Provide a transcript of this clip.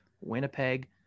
Winnipeg